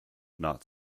not